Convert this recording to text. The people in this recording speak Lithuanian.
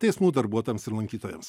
teismų darbuotojams ir lankytojams